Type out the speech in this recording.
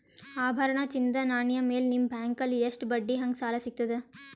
ಆಭರಣ, ಚಿನ್ನದ ನಾಣ್ಯ ಮೇಲ್ ನಿಮ್ಮ ಬ್ಯಾಂಕಲ್ಲಿ ಎಷ್ಟ ಬಡ್ಡಿ ಹಂಗ ಸಾಲ ಸಿಗತದ?